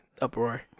uproar